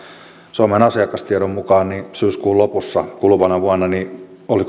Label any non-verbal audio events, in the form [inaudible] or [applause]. suomen asiakastiedon mukaan syyskuun lopussa kuluvana vuonna oli [unintelligible]